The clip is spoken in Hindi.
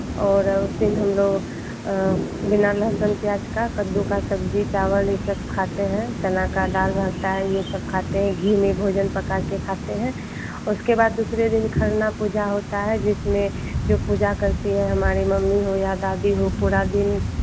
और फिर हमलोग बिना लहसन प्याज का कद्दू का सब्जी चावल ये सब खाते हैं चना का दाल रहता है ये सब खाते हैं घी में भोजन पका कर खाते हैं उसके बाद दूसरे दिन खरना पूजा होता है जिसमें जो पूजा करती है हमारी मम्मी हो या दादी हो पूरा दिन